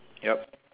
yup